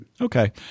Okay